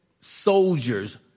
soldiers